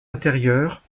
intérieure